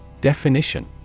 Definition